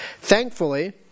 Thankfully